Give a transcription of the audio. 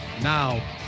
Now